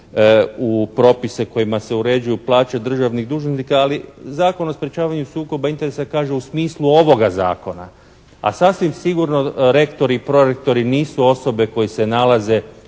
u propise kojima se uređuju plaće državnih dužnosnika, ali Zakon o sprečavanju sukoba interesa kaže u smislu ovoga zakona. A sasvim sigurno rektori i prorektori nisu osobe koje se nalaze